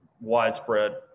widespread